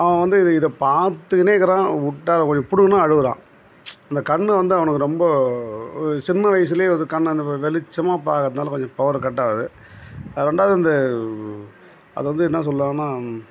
அவன் வந்து இதை இதை பார்த்துக்கின்னே இருக்கிறான் விட்டா அப்படி பிடுங்குனா அழுவுகிறான் அந்த கண் வந்து அவனுக்கு ரொம்ப ஒரு சின்ன வயசில் அது கண்ணை வெளிச்சமாக பார்க்கறத்னால கொஞ்சம் பவர் கட்டாகுது அது ரெண்டாவது இந்த அதை வந்து என்ன சொல்லான்னால்